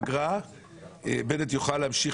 אבל זה ברור שגם בפגרה בנט יוכל להמשיך